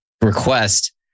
request